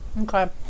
Okay